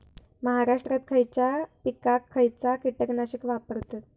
महाराष्ट्रात खयच्या पिकाक खयचा कीटकनाशक वापरतत?